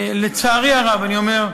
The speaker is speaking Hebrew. לצערי הרב, אני אומר,